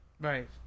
Right